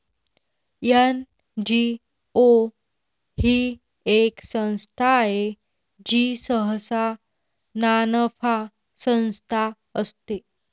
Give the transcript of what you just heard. NGO ही एक संस्था आहे जी सहसा नानफा संस्था असते